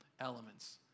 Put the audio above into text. elements